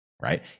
right